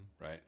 Right